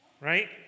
right